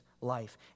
life